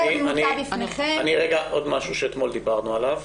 זה נמצא לפניכם --- עדו משהו שאתמול דיברנו עליו.